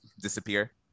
disappear